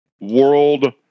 world